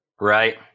Right